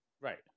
Right